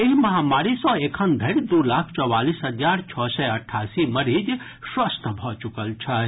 एहि महामारी सँ एखन धरि दू लाख चौवालीस हजार छओ सय अठासी मरीज स्वस्थ भऽ चुकल छथि